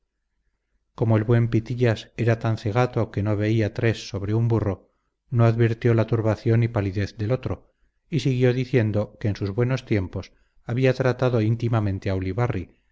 como el buen pitillas era tan cegato que no veía tres sobre un burro no advirtió la turbación y palidez del otro y siguió diciendo que en sus buenos tiempos había tratado íntimamente a ulibarri